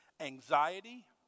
anxiety